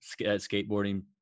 skateboarding